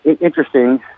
Interesting